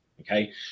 Okay